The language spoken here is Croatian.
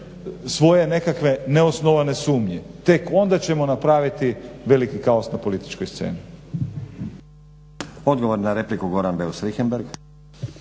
svoje nekakve neosnovane sumnje. Tek onda ćemo napraviti veliki kaos na političkoj sceni.